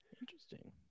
Interesting